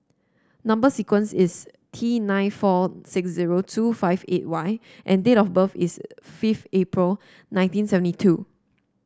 number sequence is T nine four six zero two five eight Y and date of birth is fifth April nineteen seventy two